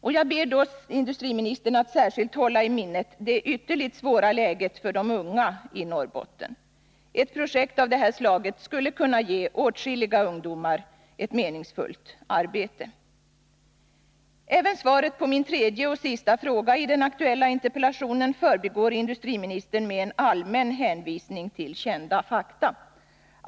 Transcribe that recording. Och jag ber då industriministern att särskilt hålla i minnet det ytterligt svåra läget för de unga i Norrbotten. Ett projekt av det här slaget skulle kunna ge åtskilliga ungdomar ett meningsfullt arbete. Även svaret på min tredje och sista fråga i den aktuella interpellationen förbigår industriministern med en allmän hänvisning till kända fakta.